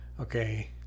okay